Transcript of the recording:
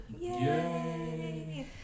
Yay